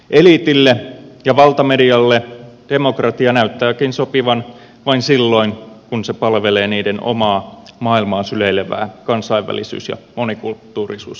eliitille ja valtamedialle demokratia näyttääkin sopivan vain silloin kun se palvelee niiden omaa maailmaa syleilevää kansainvälisyys ja monikulttuurisuusagendaa